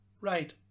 right